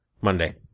Monday